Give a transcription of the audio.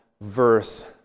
verse